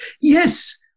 Yes